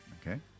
Okay